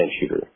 shooter